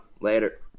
Later